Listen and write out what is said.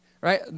right